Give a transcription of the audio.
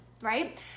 right